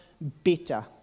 better